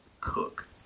Cook